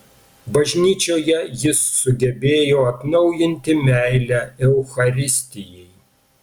bažnyčioje jis sugebėjo atnaujinti meilę eucharistijai